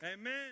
Amen